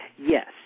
Yes